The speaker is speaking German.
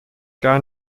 gar